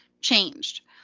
changed